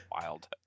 Wild